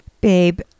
Babe